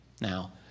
Now